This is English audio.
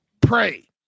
pray